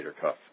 cuff